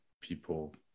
people